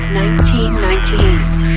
1998